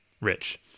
Rich